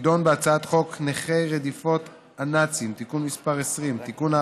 תדון בהצעות חוק נכי רדיפות הנאצים (תיקון מס' 20) (תיקון,